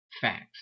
facts